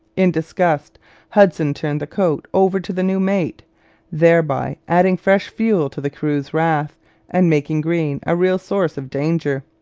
in disgust hudson turned the coat over to the new mate thereby adding fresh fuel to the crew's wrath and making greene a real source of danger.